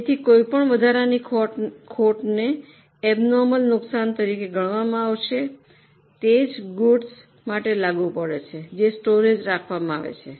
તેથી તે કોઈપણ વધારાની ખોટને ઐબ્નૉર્મલ નુકસાન તરીકે ગણવામાં આવશે તે જ ગૂડ્સ માટે લાગુ પડે છે જે સ્ટોરેજમાં રાખવામાં આવે છે